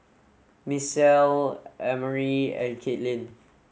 Misael Emery and Katelyn